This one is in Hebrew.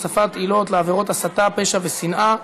הוספת עילות לעבירות הסתה ופשע שנאה),